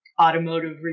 automotive